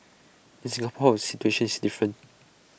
in Singapore situation is different